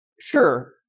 sure